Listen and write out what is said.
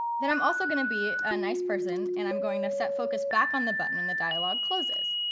then i'm also going to be a nice person, and i'm going to set focus back on the button when the dialog closes.